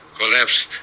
collapsed